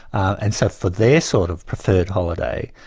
and so for their sort of preferred holiday,